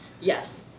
Yes